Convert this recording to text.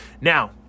Now